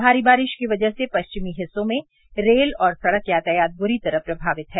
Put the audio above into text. भारी बारिश की वजह से पश्चिमी हिस्सों में रेल और सड़क यातायात बुरी तरह प्रभावित है